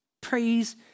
Praise